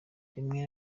rimwe